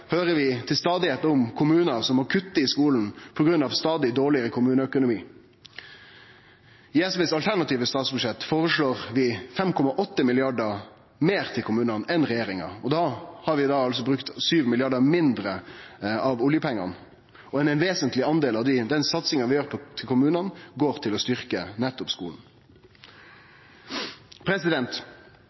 høyrer vi stadig om kommunar som må kutte i skolen på grunn av stadig dårlegare kommuneøkonomi. I det alternative statsbudsjettet til SV føreslår vi 5,8 mrd. kr meir til kommunane enn regjeringa. Da har vi brukt 7 mrd. kr mindre av oljepengane. Ein vesentleg del av den satsinga vi gir til kommunane, går til å